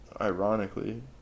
Ironically